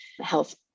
health